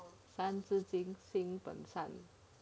三字经心本善